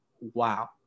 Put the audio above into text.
wow